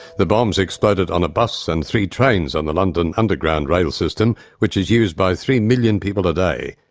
the bombs exploded on a bus and three trains on the london underground rail system, which is used by three million people a day.